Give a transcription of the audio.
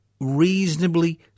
reasonably